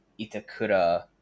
Itakura